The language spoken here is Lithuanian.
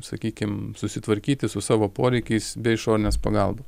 sakykim susitvarkyti su savo poreikiais be išorinės pagalbos